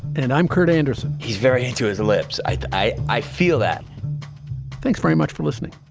and i'm kurt andersen he's very into his lips. i i feel that thanks very much for listening